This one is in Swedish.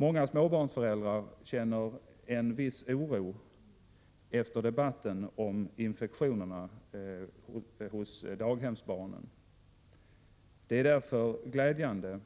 Många småbarnsföräldrar känner en viss oro efter debatten om infektionerna hos daghemsbarnen. Det är därför glädjande